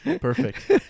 Perfect